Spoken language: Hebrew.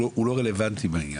הוא לא רלוונטי בעניין,